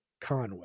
Conway